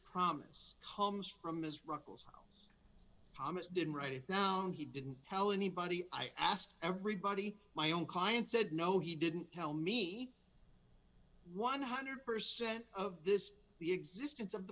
promise comes from ms ruckelshaus promise didn't write it down he didn't tell anybody i asked everybody my own client said no he didn't tell me one hundred percent of this the existence of the